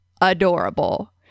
adorable